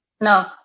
no